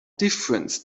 difference